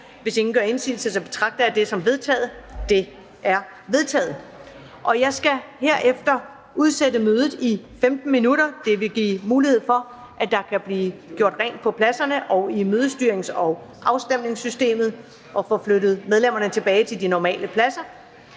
Hvis ingen gør indsigelse, betragter jeg det som vedtaget. Det er vedtaget. Jeg skal herefter udsætte mødet i 15 minutter. Det vil give mulighed for, at der kan blive gjort rent på pladserne og få medlemmerne flyttet tilbage til de normale pladser